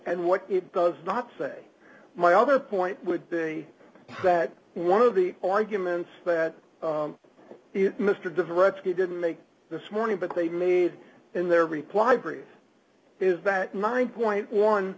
and what it does not say my other point would be that one of the arguments that mr direct didn't make this morning but they made in their reply brief is that nine point one